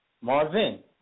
Marvin